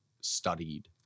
studied